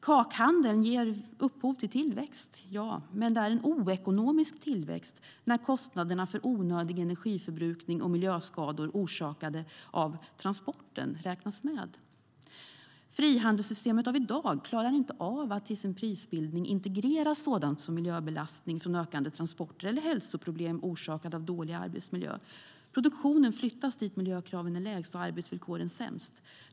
Kakhandeln ger upphov till tillväxt - ja, men det är en oekonomisk tillväxt när kostnaderna för onödig energiförbrukning och miljöskador orsakade av transporterna räknas med. Frihandelssystemet av i dag klarar inte av att i sin prisbildning integrera sådant som miljöbelastning från ökande transporter eller hälsoproblem orsakad av dålig arbetsmiljö. Produktionen flyttas dit miljökraven är lägst och arbetsvillkoren sämst.